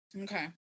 Okay